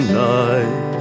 night